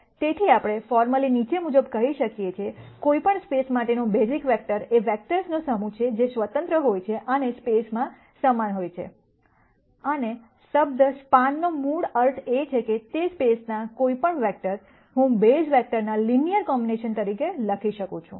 તેથી આપણે ફોર્મલી નીચે મુજબ કહી શકીએ છીએ કોઈપણ સ્પેસ માટેનો બેસીસ વેક્ટર એ વેક્ટર્સનો સમૂહ છે જે સ્વતંત્ર હોય છે અને સ્પેસ માં સ્પાન હોય છે અને શબ્દ સ્પાનનો મૂળ અર્થ એ છે કે તે સ્પેસના કોઈપણ વેક્ટર હું બેઝ વેક્ટર્સના લિનયર કોમ્બિનેશન તરીકે લખી શકું છું